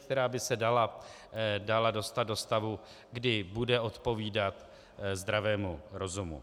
Která by se dala dostat do stavu, kdy bude odpovídat zdravému rozumu.